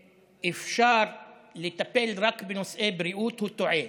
שאפשר לטפל רק בנושאי בריאות הוא טועה,